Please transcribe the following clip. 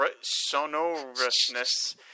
Sonorousness